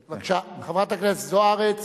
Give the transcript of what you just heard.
בבקשה, חברת הכנסת זוארץ,